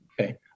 Okay